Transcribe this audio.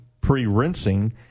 pre-rinsing